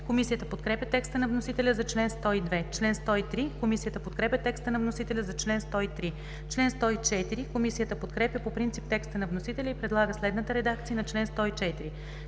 Комисията подкрепя текста на вносителя за чл. 102. Комисията подкрепя текста на вносителя за чл. 103. Комисията подкрепя по принцип текста на вносителя и предлага следната редакция на чл. 104: